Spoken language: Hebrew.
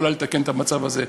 שיכולה לתקן את המצב הזה.